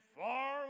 far